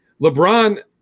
LeBron